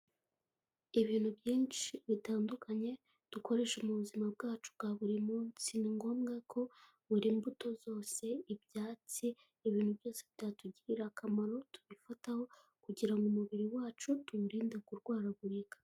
Ibintu byinshi bitandukanye, dukoresha mu buzima bwacu bwa buri munsi. Ni ngombwa ko buri mbuto zose, ibyatsi, ibintu byose byatugirira akamaro tubifataho kugira ngo umubiri wacu tuwurinde kurwaragurika.